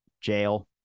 jail